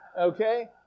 Okay